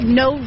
no